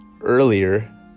earlier